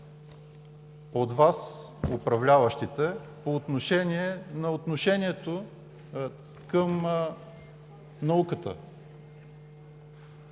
от Вас, управляващите, относно отношението към науката.